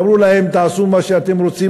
אמרו להם "תעשו מה שאתם רוצים,